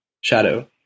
shadow